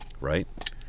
right